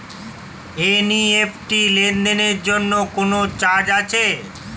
NEFT লেনদেনের জন্য কোন চার্জ আছে?